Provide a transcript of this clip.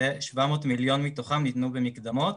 כש-700 מיליון מתוכם ניתנו במקדמות